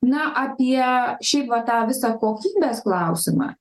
na apie šiaip va tą visą kokybės klausimą